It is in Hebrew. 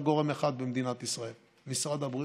גורם אחד במדינת ישראל: משרד הבריאות,